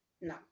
No